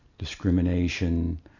discrimination